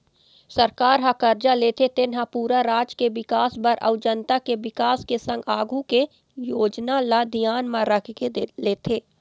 सरकार ह करजा लेथे तेन हा पूरा राज के बिकास बर अउ जनता के बिकास के संग आघु के योजना ल धियान म रखके लेथे